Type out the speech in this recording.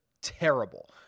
terrible